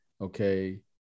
Okay